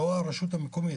לא הרשות המקומית,